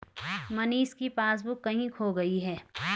मनीष की पासबुक कहीं खो गई है